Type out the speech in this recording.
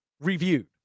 reviewed